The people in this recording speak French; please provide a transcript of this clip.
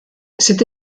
cette